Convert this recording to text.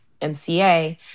MCA